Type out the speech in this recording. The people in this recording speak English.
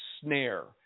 snare